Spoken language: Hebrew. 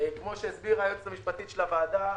כפי שהסבירה היועצת המשפטית לוועדה,